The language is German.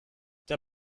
der